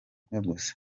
gusa